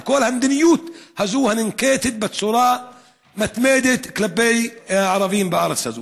לכל המדיניות הזאת הננקטת בצורה מתמדת כלפי ערבים בארץ הזאת.